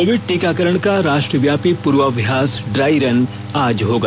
Covid टीकाकरण का राष्ट्रव्यापी पूर्वाभ्यास ड्राई रन आज होगा